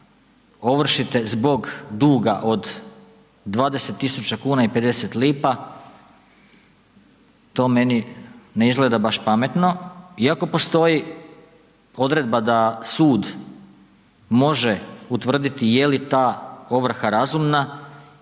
ovršite zbog duga od 20.000,50 kn, to meni ne izgleda baš pametno iako postoji odredba da sud može utvrditi je li ta ovrha razumna